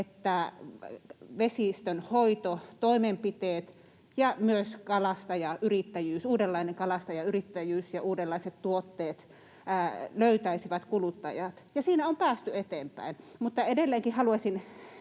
että vesistönhoitotoimenpiteet ja myös uudenlainen kalastajayrittäjyys ja uudenlaiset tuotteet löytäisivät kuluttajat, ja siinä on päästy eteenpäin.